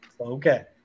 okay